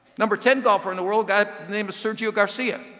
number ten golfer in the world got the name is sergio garcia,